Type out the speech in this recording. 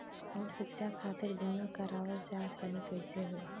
हम शिक्षा खातिर बीमा करावल चाहऽ तनि कइसे होई?